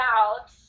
out